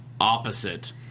opposite